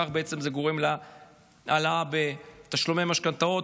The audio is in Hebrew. וכך בעצם זה גורם להעלאה בתשלומי משכנתאות,